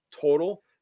total